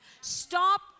Stop